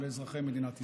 לאזרחי מדינת ישראל.